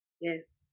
yes